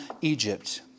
Egypt